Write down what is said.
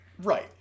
Right